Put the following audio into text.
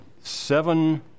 seven